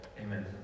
Amen